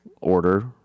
order